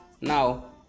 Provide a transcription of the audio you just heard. now